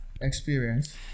experience